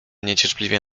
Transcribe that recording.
niecierpliwie